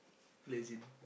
legend